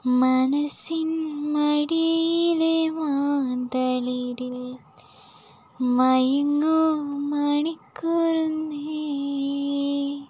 മനസ്സിൻ മടിയിലെ മാന്തളിരിൽ മയങ്ങൂ മണിക്കുരുന്നേ